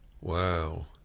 Wow